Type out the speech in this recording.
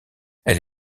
elle